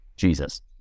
Jesus